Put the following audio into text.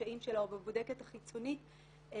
בקשיים שלה ובבודקת החיצונית משאיר